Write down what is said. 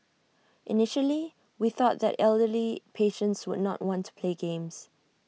initially we thought that elderly patients would not want to play games